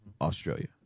Australia